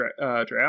draft